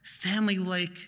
family-like